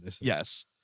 yes